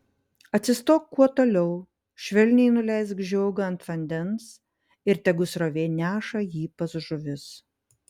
atsistok kuo toliau švelniai nuleisk žiogą ant vandens ir tegu srovė neša jį pas žuvis